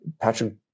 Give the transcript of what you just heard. Patrick